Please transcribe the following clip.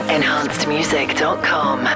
EnhancedMusic.com